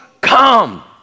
Come